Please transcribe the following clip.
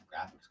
graphics